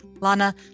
Lana